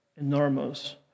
enormous